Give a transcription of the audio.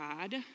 God